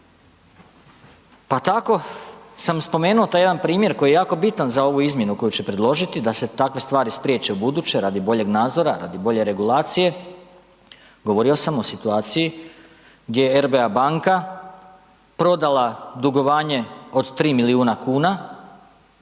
Pa tako sam spomenuo taj jedan primjer koji je bitan za ovu izmjenu koju će predložiti, da se takve stvari spriječe ubuduće radi boljeg nadzora, radi bolje regulacije, govorio sam o situaciji gdje je RBA banka prodala dugovanje od 3 milijuna kuna